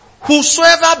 Whosoever